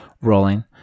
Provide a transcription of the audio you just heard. rolling